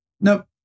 nope